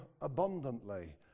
abundantly